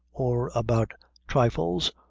or about thrifles,